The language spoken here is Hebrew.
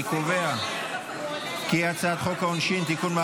אני קובע כי הצעת חוק העונשין (תיקון,